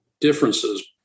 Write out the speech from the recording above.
differences